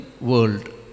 world